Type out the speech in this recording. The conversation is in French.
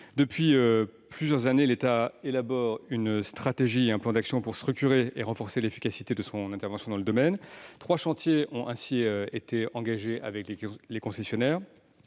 Depuis plusieurs années, l'État élabore une stratégie et un plan d'action pour structurer et renforcer l'efficacité de son intervention dans ce domaine. Trois chantiers ont ainsi été engagés avec les concessionnaires.